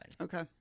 Okay